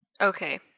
Okay